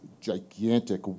gigantic